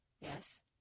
yes